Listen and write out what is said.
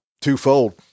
twofold